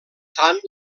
tant